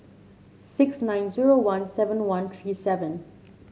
six nine zero one seven one three seven